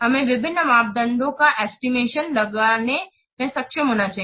हमें विभिन्न मापदंडों का एस्टिमेशन लगाने में सक्षम होना चाहिए